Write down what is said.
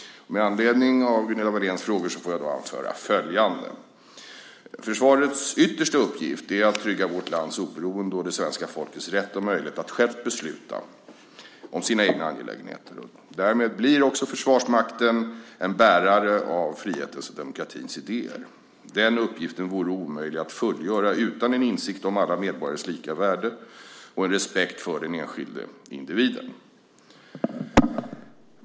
Med anledning av Gunilla Wahléns frågor får jag anföra följande. Försvarets yttersta uppgift är att trygga vårt lands oberoende och det svenska folkets rätt och möjlighet att självt besluta om sina egna angelägenheter. Därmed blir också Försvarsmakten en bärare av frihetens och demokratins idéer. Den uppgiften vore omöjlig att fullgöra utan en insikt om alla medborgares lika värde och en respekt för den enskilde individen.